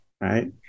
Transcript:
right